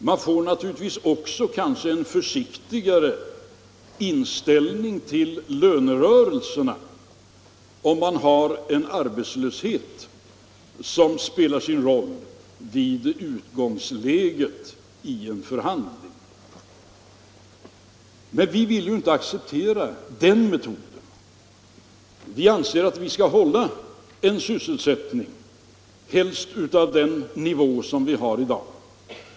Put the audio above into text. Man får kanske också en försiktigare inställning till lönerörelserna, om man har en arbetslöshet som spelar roll vid utgångsläget i en förhandling. Men vi vill inte acceptera den metoden. Vi anser att vi skall hålla sysselsättningen helst på den nivå vi har i dag.